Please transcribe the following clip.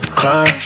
cry